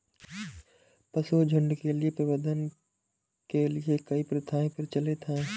पशुझुण्ड के प्रबंधन के लिए कई प्रथाएं प्रचलित हैं